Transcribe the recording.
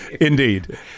indeed